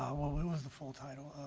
well it was the full title